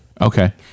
Okay